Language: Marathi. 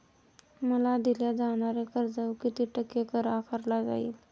मला दिल्या जाणाऱ्या कर्जावर किती टक्के कर आकारला जाईल?